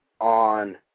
on